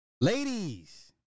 Ladies